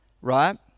right